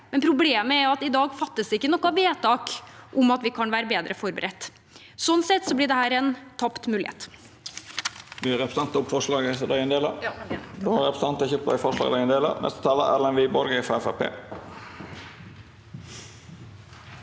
men problemet er at det ikke fattes noe vedtak i dag om at vi kan være bedre forberedt. Slik sett blir dette en tapt mulighet.